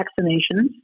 vaccinations